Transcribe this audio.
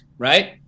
Right